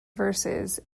verses